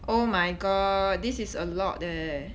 oh my god this is a lot eh